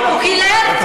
ברקו.